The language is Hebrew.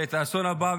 ואת האסון הבא,